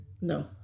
No